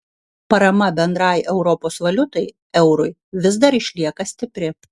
parama bendrai europos valiutai eurui vis dar išlieka stipri